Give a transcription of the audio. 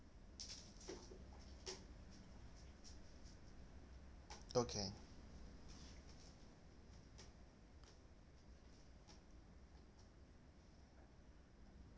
okay